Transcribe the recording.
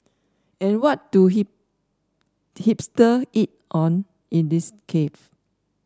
and what do hipster eat on in these cafe